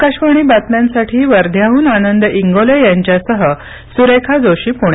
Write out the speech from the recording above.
आकाशवाणी बातम्यांसाठी वर्ध्याहून आनंद इंगोले यांच्यासह सुरेखा जोशी पुणे